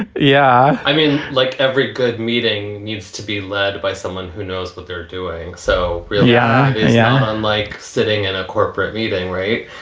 and yeah i mean, like every good meeting used to be led by someone who knows what they're doing. so yeah. yeah, i um like sitting in a corporate meeting. right.